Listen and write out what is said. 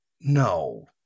No